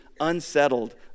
unsettled